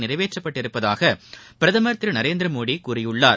நிறைவேற்றப்பட்டுள்ளதாக பிரதமர் திரு நரேந்திரமோடி கூறியுள்ளார்